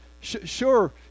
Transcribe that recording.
Sure